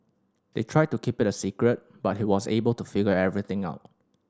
they tried to keep it a secret but he was able to figure everything out